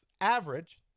average